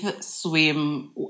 swim